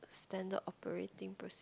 standard operating proce~